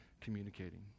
communicating